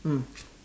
mm